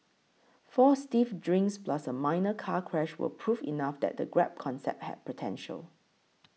four stiff drinks plus a minor car crash were proof enough that the Grab concept had potential